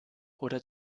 oder